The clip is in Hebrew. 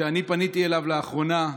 כשאני פניתי אליו לאחרונה,